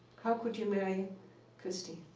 how could you marry christy?